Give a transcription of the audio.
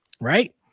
right